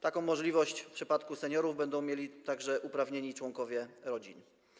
Taką możliwość w przypadku seniorów będą mieli także uprawnieni członkowie rodziny.